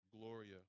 Gloria